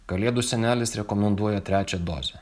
kalėdų senelis rekomenduoja trečią dozę